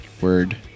Word